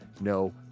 no